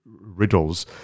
riddles